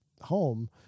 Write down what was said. home